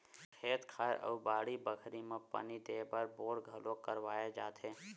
खेत खार अउ बाड़ी बखरी म पानी देय बर बोर घलोक करवाए जाथे